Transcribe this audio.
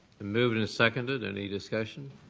moved and seconded. any discussion?